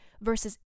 versus